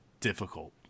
difficult